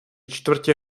čtvrtě